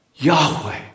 Yahweh